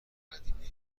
قدیمی